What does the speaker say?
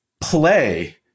play